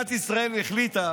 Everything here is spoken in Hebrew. מדינת ישראל החליטה